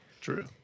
True